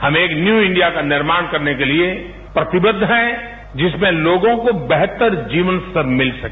हम एक new India का निर्माण करने के लिए प्रतिबद्ध है जिसमें लोगों को बेहतर जीवन स्तर मिल सके